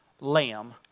lamb